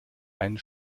einen